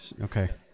Okay